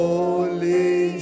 Holy